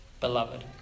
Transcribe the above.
beloved